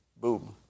Boom